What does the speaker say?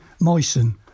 moisten